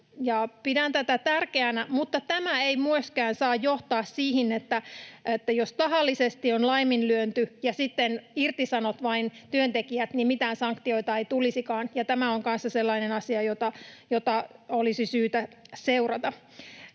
Pidän tätä tärkeänä, mutta tämä ei myöskään saa johtaa siihen, että jos tahallisesti on laiminlyöty ja sitten vain irtisanot työntekijät, niin mitään sanktioita ei tulisikaan. Tämä on kanssa sellainen asia, jota olisi syytä seurata.